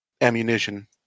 ammunition